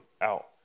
out